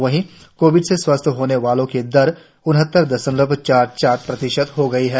वहीं कोविड से स्वस्थ होने वालों की दर उनहत्तर दशमलव चार चार प्रतिशत हो गई है